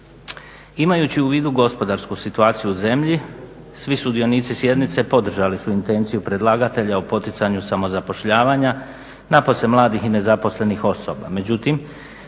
Imajući u vidu gospodarsku situaciju u zemlji svi sudionici sjednice podržali su intenciju predlagatelja o poticanju samozapošljavanja napose mladih i nezaposlenih osoba.